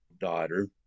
daughter